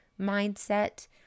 mindset